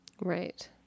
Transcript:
Right